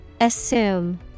Assume